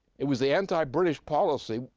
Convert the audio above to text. it was the anti-british policy,